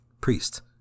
priest